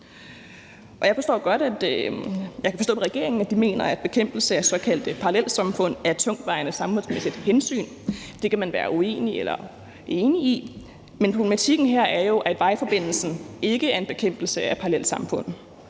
kan forstå på regeringen, at de mener, at bekæmpelse af såkaldte parallelsamfund er et tungtvejende samfundsmæssigt hensyn. Det kan man være uenig eller enig i. Men problematikken her er jo, at vejforbindelsen ikke er en bekæmpelse af parallelsamfundet.